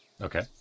Okay